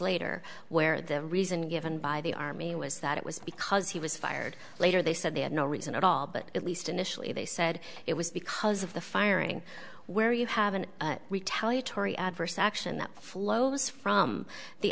later where the reason given by the army was that it was because he was fired later they said they had no reason at all but at least initially they said it was because of the firing where you have an retaliatory adverse action that flows from the